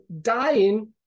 dying